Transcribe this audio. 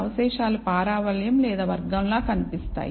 అవశేషాలు పారవలయం లేదా వర్గం లా కనిపిస్తాయి